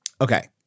Okay